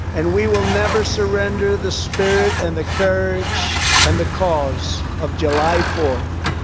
and we will never surrender the spirit and the courage and the cause of july fourth,